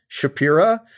Shapira